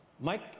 Mike